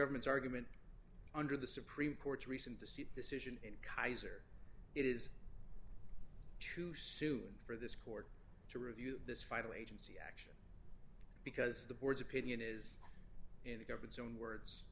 government's argument under the supreme court's recent the seat decision in kaiser it is too soon for that to review this final agency act because the board's opinion is in the government's own words